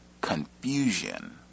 confusion